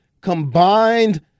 combined